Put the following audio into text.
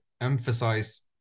Emphasize